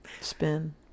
spin